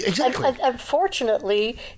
Unfortunately